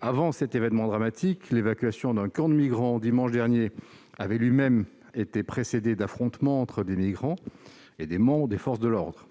Avant cet événement dramatique, l'évacuation d'un camp, dimanche dernier, avait été précédée d'affrontements entre des migrants et des membres des forces de l'ordre.